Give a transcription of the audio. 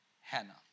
Hannah